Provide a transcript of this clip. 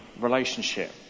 relationship